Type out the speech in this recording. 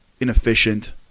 inefficient